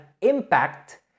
impact